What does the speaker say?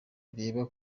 bireba